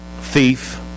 thief